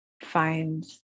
find